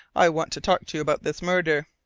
i want to talk to you about this murder.